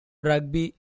rugby